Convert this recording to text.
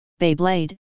Beyblade